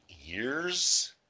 years